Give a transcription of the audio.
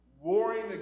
warring